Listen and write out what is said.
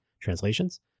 translations